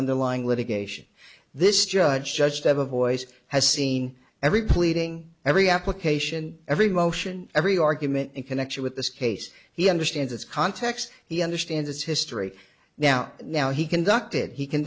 underlying litigation this judge judge to have a voice has seen every pleading every application every motion every argument in connection with this case he understands its context he understands history now now he conducted he